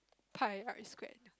pie R square